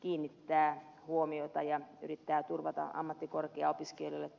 kiinnittää huomiota ja yrittää turvata ammattikorkeaopiskelijoille